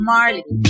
Marley